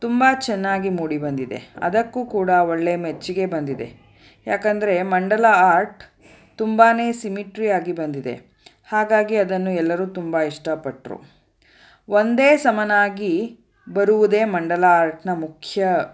ತುಂಬ ಚೆನ್ನಾಗಿ ಮೂಡಿ ಬಂದಿದೆ ಅದಕ್ಕೂ ಕೂಡ ಒಳ್ಳೆ ಮೆಚ್ಚುಗೆ ಬಂದಿದೆ ಯಾಕಂದರೆ ಮಂಡಲ ಆರ್ಟ್ ತುಂಬಾ ಸಿಮ್ಮಿಟ್ರಿ ಆಗಿ ಬಂದಿದೆ ಹಾಗಾಗಿ ಅದನ್ನು ಎಲ್ಲರೂ ತುಂಬ ಇಷ್ಟಪಟ್ಟರು ಒಂದೇ ಸಮನಾಗಿ ಬರುವುದೇ ಮಂಡಲ ಆರ್ಟ್ನ ಮುಖ್ಯ